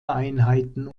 einheiten